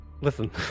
Listen